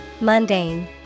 Mundane